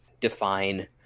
define